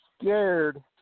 scared